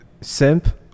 simp